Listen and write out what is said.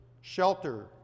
shelter